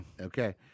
Okay